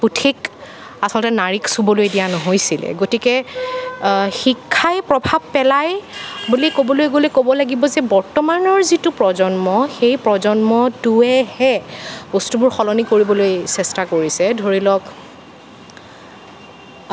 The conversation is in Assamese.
পুথিক আচলতে নাৰীক চুবলৈ দিয়া নহৈছিলে গতিকে শিক্ষাই প্ৰভাৱ পেলায় বুলি ক'বলৈ গ'লে ক'ব লাগিব যে বৰ্তমানৰ যিটো প্ৰজন্ম সেই প্ৰজন্মটোৱেহে বস্তুবোৰ সলনি কৰিবলৈ চেষ্টা কৰিছে ধৰি লওক